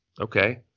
Okay